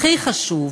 הכי חשוב,